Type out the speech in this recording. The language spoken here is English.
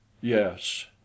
Yes